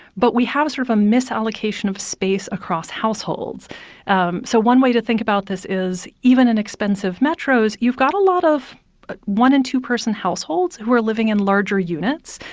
but we have sort of a misallocation of space across households um so one way to think about this is, even in expensive metros, you've got a lot of one and two-person households who are living in larger units.